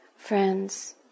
friends